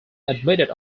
admitted